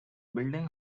building